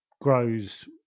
grows